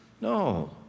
No